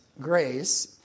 grace